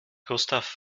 gustav